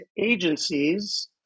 agencies